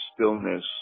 stillness